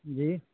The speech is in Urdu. جی